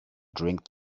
drink